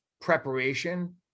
preparation